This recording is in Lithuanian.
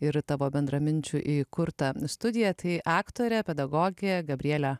ir tavo bendraminčių įkurta studija tai aktorė pedagogė gabrielė